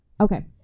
Okay